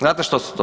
Znate što su to?